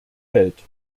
welt